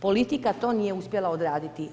Politika to nije uspjela odraditi.